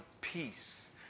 peace